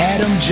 Adam